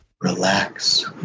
Relax